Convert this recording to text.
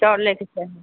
चाउर लएके छै